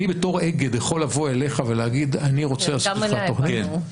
אני בתור אגד יכול לבוא אליך ולהגיד שאני רוצה לעשות איתך תכנית?